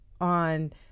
on